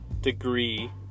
Degree